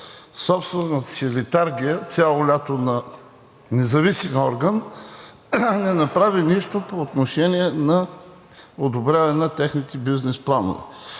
собствената си летаргия на независим орган, не направи нищо по отношение на одобряване на техните бизнес планове.